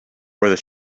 whether